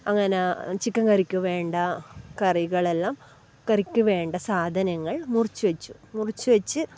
അങ്ങനെ ചിക്കൻ കറിക്ക് വേണ്ട കറികളെല്ലാം കറിക്ക് വേണ്ട സാധനങ്ങൾ മുറിച്ച് വച്ചു മുറിച്ച് വച്ച്